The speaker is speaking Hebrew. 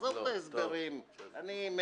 אות